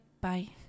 bye